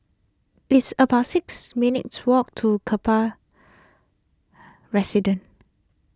it's about six minutes' walk to Kaplan Residence